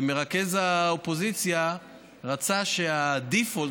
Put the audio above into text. מרכז האופוזיציה רצה שה-default,